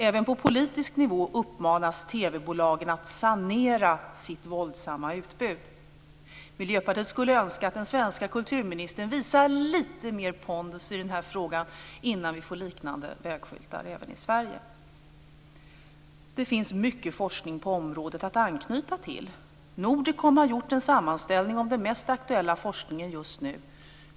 Även på politisk nivå uppmanas TV-bolagen att sanera sitt våldsamma utbud. Miljöpartiet skulle önska att den svenska kulturministern visar lite mer pondus i frågan innan vi får liknande vägskyltar även i Sverige. Det finns mycket forskning på området att anknyta till. Nordicom har gjort en sammanställning av den mest aktuella forskningen just nu.